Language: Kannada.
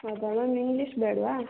ಹೌದಾ ಮ್ಯಾಮ್ ಇಂಗ್ಲೀಷ್ ಬೇಡ್ವಾ